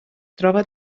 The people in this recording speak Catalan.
troba